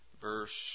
verse